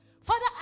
Father